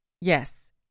Yes